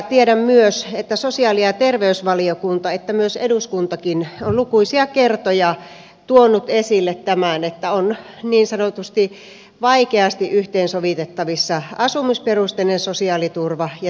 tiedän myös että sekä sosiaali ja terveysvaliokunta että eduskuntakin ovat lukuisia kertoja tuoneet esille tämän että on niin sanotusti vaikeasti yhteensovitettavissa asumisperusteinen sosiaaliturva ja työperusteinen sosiaaliturva